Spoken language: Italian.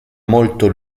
molto